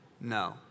No